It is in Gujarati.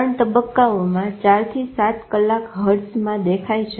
3 તબક્કાઓમાં 4 થી 7 કલાક હર્ટઝમાં દેખાય છે